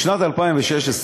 בשנת 2016,